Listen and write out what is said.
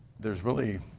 there's really